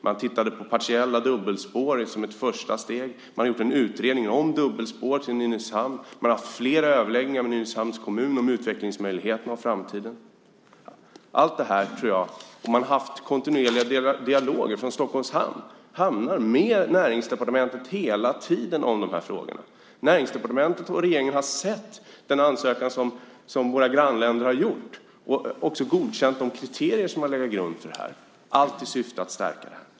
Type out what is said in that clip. Man tittade på partiella dubbelspår som ett första steg. Man har gjort en utredning om dubbelspår till Nynäshamn. Man har haft flera överläggningar med Nynäshamns kommun om utvecklingsmöjligheterna och framtiden. Och man har haft kontinuerliga dialoger mellan Stockholms Hamnar och Näringsdepartementet hela tiden om de här frågorna. Näringsdepartementet och regeringen har sett den ansökan som våra grannländer har gjort och också godkänt de kriterier som har legat till grund för det här, allt i syfte att stärka det.